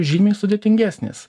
žymiai sudėtingesnis